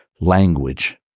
Language